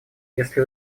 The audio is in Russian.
если